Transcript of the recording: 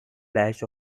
flash